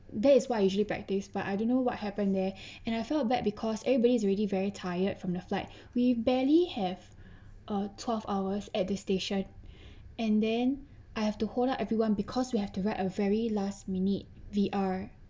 that is what I usually practice but I don't know what happened there and I felt bad because everybody is already very tired from the flight we barely have ah twelve hours at the station and then I have to hold out everyone because we have to write a very last minute V_R